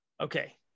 Okay